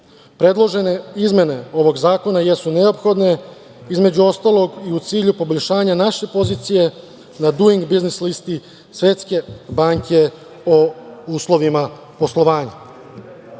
Predložene izmena ovog zakona jesu neophodne, između ostalog i u cilju poboljšanja naše pozicije na Duing biznis listi Svetske banke o uslovima poslovanja. Takođe,